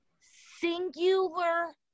singular